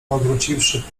powróciwszy